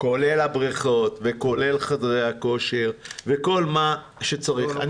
כולל הבריכות וכולל חדרי הכושר וכל מה שצריך.